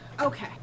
okay